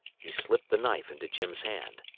he slipped the knife into jim's hand.